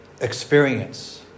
experience